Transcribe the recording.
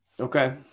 Okay